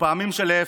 ופעמים שלהפך.